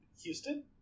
Houston